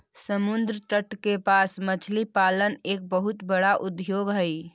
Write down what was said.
समुद्री तट के पास मछली पालन एक बहुत बड़ा उद्योग हइ